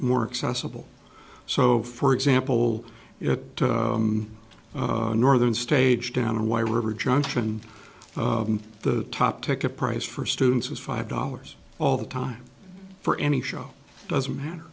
more accessible so for example it northern stage down and why river junction the top ticket price for students is five dollars all the time for any show doesn't matter